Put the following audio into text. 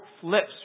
flips